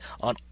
on